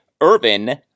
Irvin